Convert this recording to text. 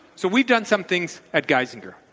so we've done some things at geisinger.